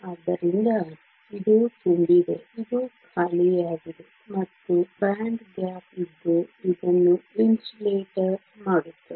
ಆದ್ದರಿಂದ ಇದು ತುಂಬಿದೆ ಇದು ಖಾಲಿಯಾಗಿದೆ ಮತ್ತು ಬ್ಯಾಂಡ್ ಗ್ಯಾಪ್ ಇದ್ದು ಇದನ್ನು ಇನ್ಸುಲೇಟರ್ ಮಾಡುತ್ತದೆ